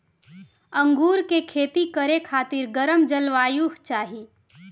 अंगूर के खेती करे खातिर गरम जलवायु चाही